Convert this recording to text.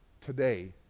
today